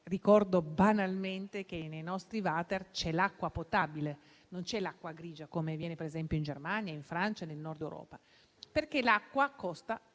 Ricordo, banalmente, che nei nostri water c'è l'acqua potabile e non l'acqua grigia, come avviene per esempio in Germania, in Francia e nel Nord Europa. Perché l'acqua costa